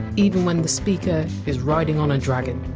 even when the speaker is riding on a dragon